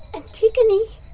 antigone!